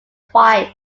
twice